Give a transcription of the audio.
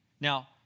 Now